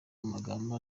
magambo